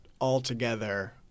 altogether –